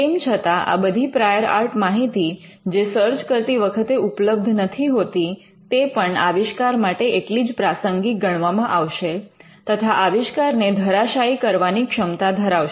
તેમ છતાં આ બધી પ્રાયોર આર્ટ માહિતી જે સર્ચ કરતી વખતે ઉપલબ્ધ નથી હોતી તે પણ આવિષ્કાર માટે એટલી જ પ્રાસંગિક ગણવામાં આવશે તથા આવિષ્કાર ને ધરાશાયી કરવાની ક્ષમતા ધરાવશે